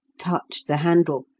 touched the handle,